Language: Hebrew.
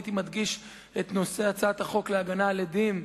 הייתי מדגיש את נושא הצעת החוק להגנה על עדים,